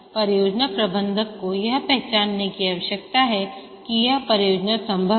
परियोजना प्रबंधक को यह पहचानने की आवश्यकता है कि क्या परियोजना संभव है